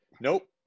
nope